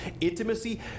intimacy